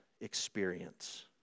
experience